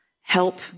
help